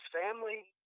family